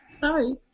Sorry